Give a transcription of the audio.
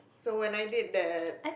so when I did that